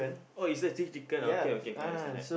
oh is the same chicken okay okay can understand that